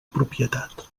propietat